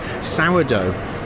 sourdough